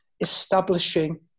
establishing